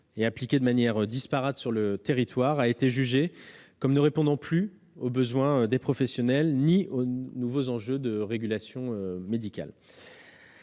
et appliquée de manière disparate sur le territoire qui existe aujourd'hui a été jugée comme ne répondant plus aux besoins des professionnels ni aux nouveaux enjeux de la régulation médicale.